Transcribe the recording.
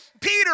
Peter